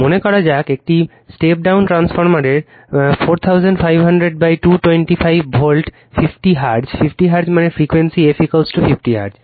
মনে করা যাক একটি স্টেপ ডাউন ট্রান্সফরমারে 4500225 ভোল্টেজ 50 হার্টজ 50 হার্টজ মানে ফ্রিকোয়েন্সি f 50 হার্টজ